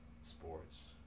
sports